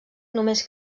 només